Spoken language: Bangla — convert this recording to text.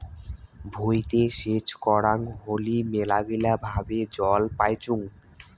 ভুঁইতে সেচ করাং হলি মেলাগিলা ভাবে জল পাইচুঙ